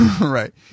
Right